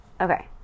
Okay